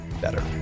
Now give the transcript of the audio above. better